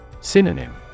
Synonym